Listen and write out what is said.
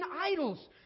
idols